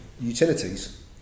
Utilities